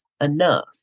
enough